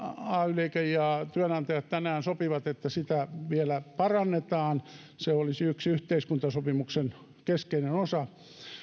ay liike ja työnantajat tänään sopivat että sitä vielä parannetaan se olisi yksi yhteiskuntasopimuksen keskeinen osa